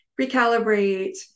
recalibrate